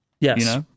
Yes